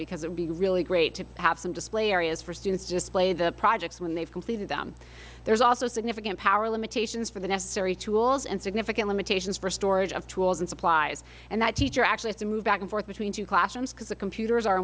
because it would be really great to have some display areas for students just play the projects when they've completed them there's also significant power limitations for the necessary tools and significant limitations for storage of tools and supplies and that teacher actually is to move back and forth between two classrooms because the computers are